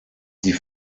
die